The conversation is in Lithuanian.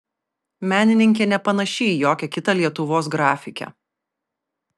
menininkė nepanaši į jokią kitą lietuvos grafikę